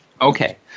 Okay